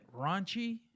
raunchy